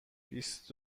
بیست